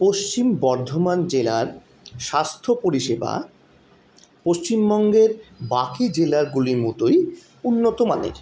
পশ্চিম বর্ধমান জেলার স্বাস্থ্য পরিষেবা পশ্চিমবঙ্গের বাকি জেলাগুলির মতোই উন্নতমানের